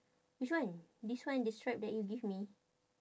which one this one the stripe that you give me